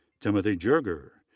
timothy jerger,